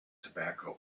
tobacco